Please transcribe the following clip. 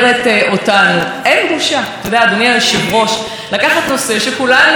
ומעט מדי ואיך יכול להיות שרק עכשיו,